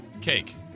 Cake